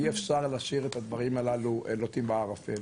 אי אפשר להשאיר את הדברים הללו לוטים בערפל